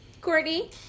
Courtney